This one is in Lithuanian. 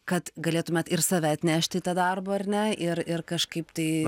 kad galėtumėt ir save atnešti į tą darbą ar ne ir ir kažkaip tai